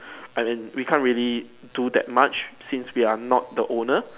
as in we can't really do that much since we are not the owner